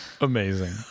Amazing